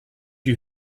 you